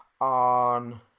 on